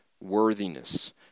worthiness